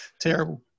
terrible